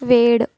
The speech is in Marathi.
वेड